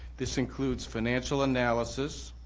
this includes financial analysis,